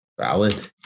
Valid